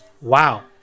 wow